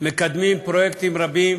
מקדמים פרויקטים רבים